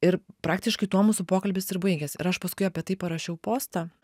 ir praktiškai tuo mūsų pokalbis ir baigės ir aš paskui apie tai parašiau postą